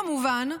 כמובן,